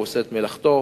הוא עושה את מלאכתו.